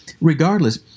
Regardless